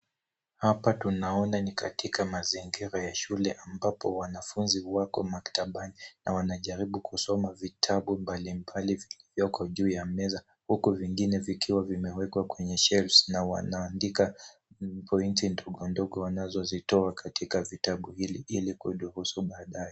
Hapa tunaona ni katika mazingira ya shule ambapo wanafunzi wako maktabani na wanajaribu kusoma vitabu mbalimbali vilioko juu ya meza huku vingine vikiwa vimewekwa kwenye shelves na wanaandika pointi ndogo ndogo wanazozitoa katika vitabu ili kudurusu baadaye.